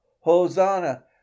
Hosanna